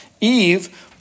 Eve